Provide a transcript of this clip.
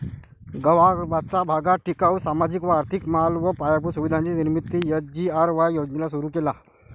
गगावाचा भागात टिकाऊ, सामाजिक व आर्थिक माल व पायाभूत सुविधांची निर्मिती एस.जी.आर.वाय योजनेला सुरु केला